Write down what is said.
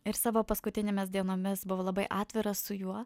ir savo paskutinėmis dienomis buvo labai atviras su juo